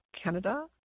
Canada